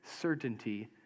certainty